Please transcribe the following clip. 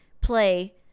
play